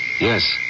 Yes